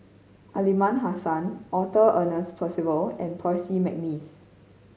Aliman Hassan Arthur Ernest Percival and Percy McNeice